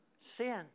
sin